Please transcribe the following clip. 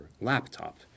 laptop